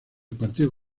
partido